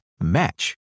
match